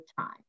Time